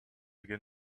again